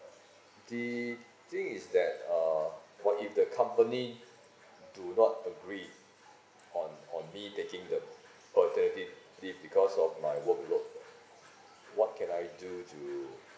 the thing is that uh what if the company do not agree on on me taking the paternity leave because of my workload what can I do to